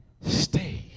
stay